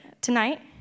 tonight